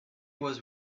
was